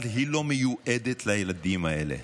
אבל היא לא מיועדת לילדים האלה,